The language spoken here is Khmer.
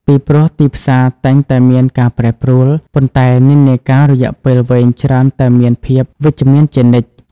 ពីព្រោះ ទីផ្សារតែងតែមានការប្រែប្រួល ប៉ុន្តែនិន្នាការរយៈពេលវែងច្រើនតែមានភាពវិជ្ជមានជានិច្ច។